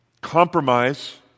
Compromise